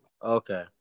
Okay